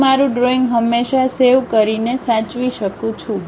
હું મારું ડ્રોઈંગ હંમેશાં સેવ કરી સાચવી શકું છું